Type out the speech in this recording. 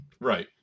Right